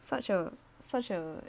such a such a